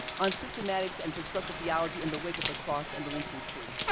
on systematics and constructive theology in the wake of the cross and the lynching tree,